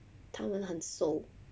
他们很瘦